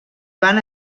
van